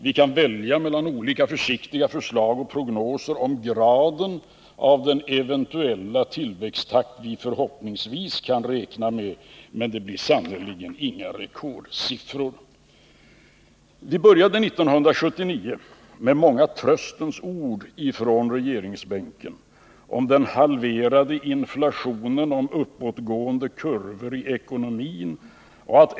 Vi kan välja mellan olika försiktiga förslag och prognoser om graden av den eventuella tillväxttakt som vi förhoppningsvis kan räkna med, men det blir sannerligen inga rekordsiffror. Det började 1979 med många tröstens ord från regeringsbänken om den halverade inflationen och om uppåtgående kurvor i ekonomin.